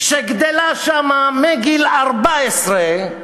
שגדלה שם מגיל 14,